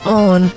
on